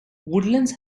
woodlands